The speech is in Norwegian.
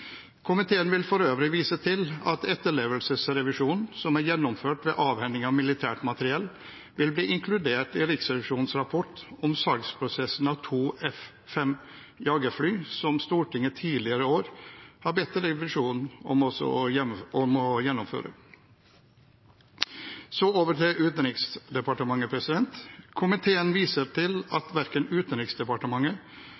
Komiteen vil for øvrig vise til at etterlevelsesrevisjonen som er gjennomført av avhending av militært materiell, vil bli inkludert i Riksrevisjonens rapport om salgsprosessen av to F-5 jagerfly, som Stortinget tidligere i år har bedt Riksrevisjonen om å gjennomføre. Så over til Utenriksdepartementet: Komiteen viser til